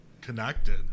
connected